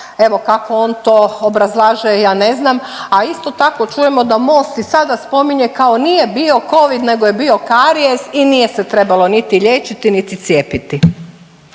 evo kako on to obrazlaže ja ne znam, a isto tako čujemo da MOST i sada spominje kao nije bio covid nego je bio karijes i nije se trebalo niti liječiti, niti cijepiti.